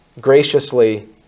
graciously